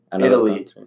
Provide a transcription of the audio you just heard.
Italy